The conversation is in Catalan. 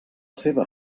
seva